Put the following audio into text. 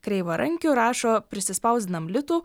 kreivarankiu rašo prisispausdinam litų